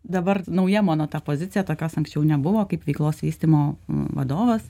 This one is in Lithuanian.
dabar nauja mano ta pozicija tokios anksčiau nebuvo kaip veiklos vystymo vadovas